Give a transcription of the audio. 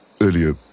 Earlier